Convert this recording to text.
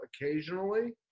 occasionally